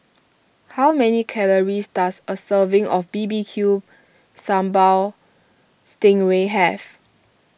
how many calories does a serving of B B Q Sambal Sting Ray have